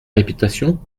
réputation